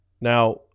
Now